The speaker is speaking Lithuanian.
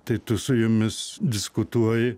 tai tu su jumis diskutuoji